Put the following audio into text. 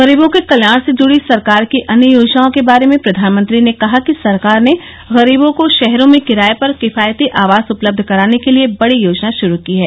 गरीबों के कल्याण से जुड़ी सरकार की अन्य योजनाओं के बारे में प्रधानमंत्री ने कहा कि सरकार ने गरीबों को शहरों में किराये पर किफायती आवास उपलब्ध कराने के लिए बड़ी योजना श्रू की है